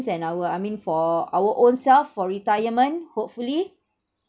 and our I mean for our own self for retirement hopefully